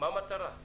או הם לא חברה בכלל.